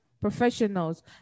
professionals